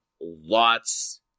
Lots